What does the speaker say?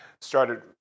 started